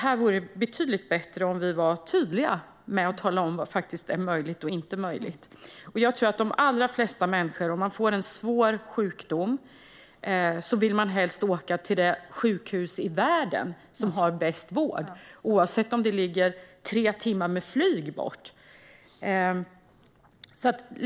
Här vore det betydligt bättre om vi var tydliga med att tala om vad som är möjligt och inte möjligt. Jag tror att de allra flesta människor som får en svår sjukdom helst vill åka till det sjukhus i världen som har bäst vård, även om det ligger tre timmar med flyg bort.